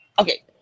okay